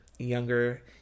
younger